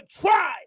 try